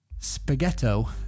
Spaghetto